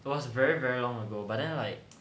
it was very very long ago but then like